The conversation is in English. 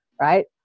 right